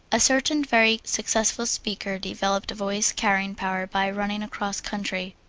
a certain very successful speaker developed voice carrying power by running across country,